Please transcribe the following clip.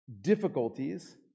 difficulties